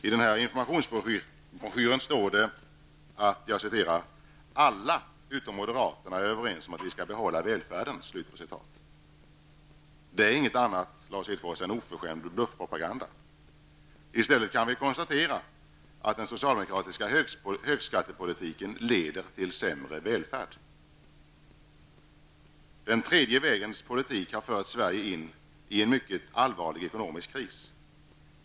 I en informationsbroschyr som jag har står det: ''Alla utom moderaterna är överens om att vi skall behålla välfärden.'' Det är, Lars Hedfors, inget annat än oförskämd bluffpropaganda. I stället kan vi konstatera att den socialdemokratiska högskattepolitiken leder till sämre välfärd. Den tredje vägens politik har fört Sverige in i en mycket allvarlig ekonomisk kris.